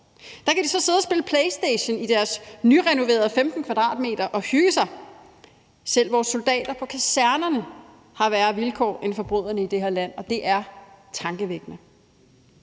Der kan de så sidde og spille PlayStation i deres nyrenoverede 15 m² og hygge sig. Selv vores soldater på kasernerne har værre vilkår end forbryderne i det her land, og det er tankevækkende.